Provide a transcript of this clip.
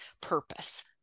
purpose